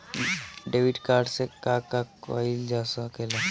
Debit card से का का कइल जा सके ला?